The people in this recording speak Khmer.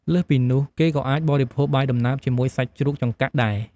លើសពីនោះ គេក៏អាចបរិភោគបាយដំណើបជាមួយសាច់ជ្រូកចង្កាក់ដែរ។